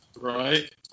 Right